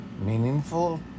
meaningful